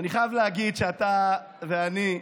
ואני חייב להגיד שאתה ואני,